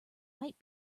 might